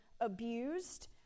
abused